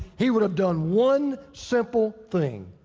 he would have done one simple thing,